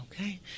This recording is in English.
Okay